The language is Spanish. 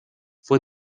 fue